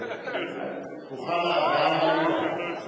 רוחמה אברהם-בלילא.